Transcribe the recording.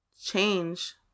Change